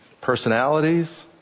personalities